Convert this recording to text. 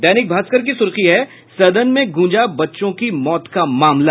दैनिक भास्कर की सुर्खी है सदन में गूजा बच्चों की मौत का मामला